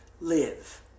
live